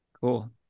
Cool